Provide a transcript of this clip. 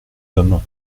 hommes